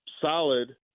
solid